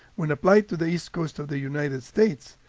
when applied to the east coast of the united states,